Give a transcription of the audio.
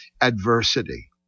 adversity